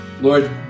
Lord